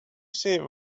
see